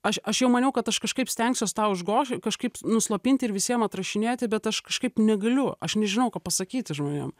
aš aš jau maniau kad aš kažkaip stengsiuos tą užgoši kažkaip nuslopinti ir visiem atrašinėti bet aš kažkaip negaliu aš nežinau ką pasakyti žmonėm